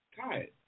Tired